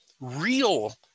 real